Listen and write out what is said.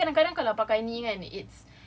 tapi kadang-kadang kalau pakai ni kan it's